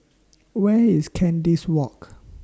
Where IS Kandis Walk